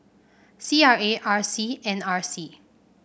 C R A R C and R C